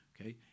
okay